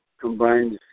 combines